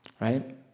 right